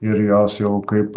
ir jos jau kaip